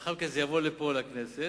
ולאחר מכן זה יבוא לפה לכנסת.